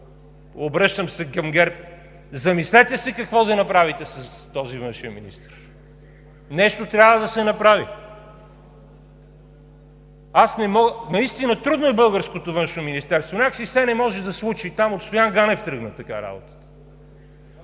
Обръщам се към ГЕРБ – замислете се какво да направите с този външен министър, нещо трябва да се направи. Наистина, трудно е на българското Външно министерство, някак си все не може да случи. Там от Стоян Ганев тръгна така работата,